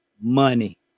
money